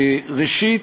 ראשית,